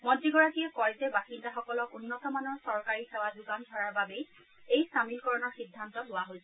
মন্ত্ৰীগৰাকীয়ে কয় যে বাসিন্দাসকলক উন্নতমানৰ চৰকাৰী সেৱা যোগান ধৰাৰ বাবেই এই চামিলকৰণৰ সিদ্ধান্ত লোৱা হৈছে